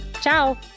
Ciao